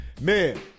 Man